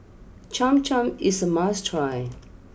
Cham Cham is a must try